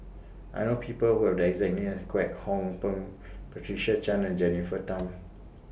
I know People Who Have The exact name as Kwek Hong Png Patricia Chan and Jennifer Tham